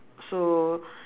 so